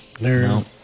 No